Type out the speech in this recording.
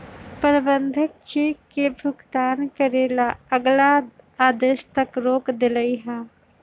प्रबंधक चेक के भुगतान करे ला अगला आदेश तक रोक देलई ह